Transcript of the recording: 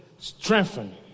Strengthen